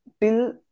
till